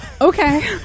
Okay